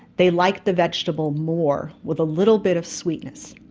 they liked the vegetable more with a little bit of sweetness.